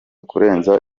kurenza